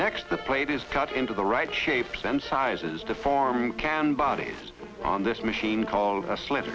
next the plate is cut into the right shapes and sizes to form can bodies on this machine called a sli